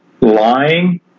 lying